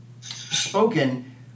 spoken